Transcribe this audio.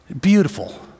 Beautiful